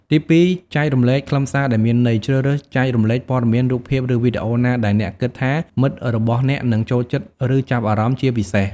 ទីពីរ ចែករំលែកខ្លឹមសារដែលមានន័យ ជ្រើសរើសចែករំលែកព័ត៌មាន រូបភាព ឬវីដេអូណាដែលអ្នកគិតថាមិត្តរបស់អ្នកនឹង ចូលចិត្ត ឬ ចាប់អារម្មណ៍ ជាពិសេស។